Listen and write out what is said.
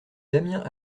damien